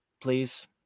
Please